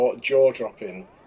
jaw-dropping